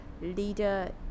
leader